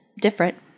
different